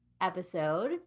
episode